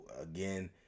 again